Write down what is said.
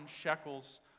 shekels